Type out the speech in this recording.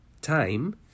time